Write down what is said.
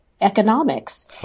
economics